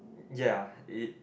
ya it